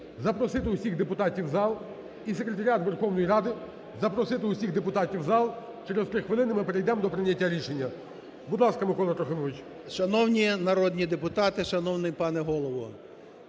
запросити всіх депутатів в зал і секретаріат Верховної Ради запросити всіх депутатів в зал, через три хвилини ми перейдемо до прийняття рішення. Будь ласка, Микола Трохимович. 17:05:06 ФЕДОРУК М.Т. Шановні народні депутати, шановний пане Голово!